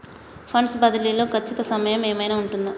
Funds బదిలీ లో ఖచ్చిత సమయం ఏమైనా ఉంటుందా?